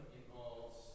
involves